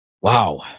Wow